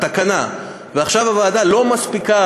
ועכשיו הוועדה לא מספיקה,